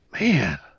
man